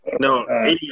No